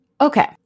okay